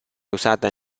usata